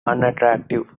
unattractive